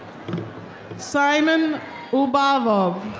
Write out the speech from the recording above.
simon ulubabov. ah